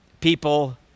people